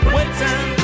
Waiting